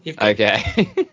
okay